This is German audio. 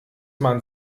man